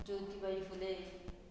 Jyotibai Phule